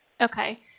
Okay